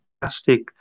fantastic